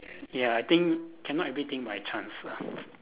ya I think cannot everything by chance lah